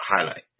highlight